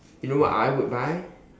you know what I would buy